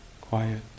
Quiet